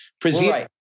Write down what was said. Presume